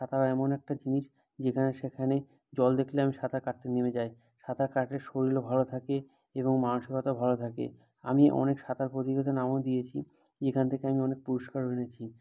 সাঁতার এমন একটা জিনিস যেখানে সেখানে জল দেখলে আমি সাঁতার কাটতে নেমে যাই সাঁতার কাটলে শরীরও ভালো থাকে এবং মানসিকতাও ভালো থাকে আমি অনেক সাঁতার প্রতিযোগিতায় নামও দিয়েছি যেখান থেকে আমি অনেক পুরস্কারও এনেছি